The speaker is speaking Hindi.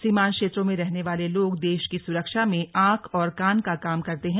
सीमांत क्षेत्रों में रहने वाले लोग देश की सुरक्षा में आंख और कान का काम करते हैं